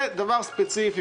זה דבר ספציפי.